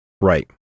right